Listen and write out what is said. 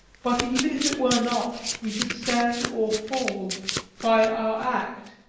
but even if it were not, we should stand or fall by our act,